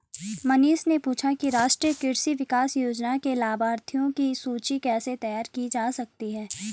मनीष ने पूछा कि राष्ट्रीय कृषि विकास योजना के लाभाथियों की सूची कैसे तैयार की जा सकती है